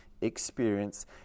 experience